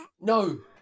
No